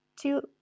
Two